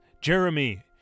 Jeremy